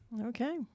Okay